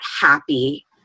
happy